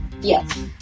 Yes